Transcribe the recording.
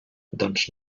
doncs